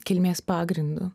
kilmės pagrindu